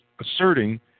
asserting